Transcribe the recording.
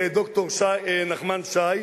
ד"ר נחמן שי,